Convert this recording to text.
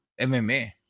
MMA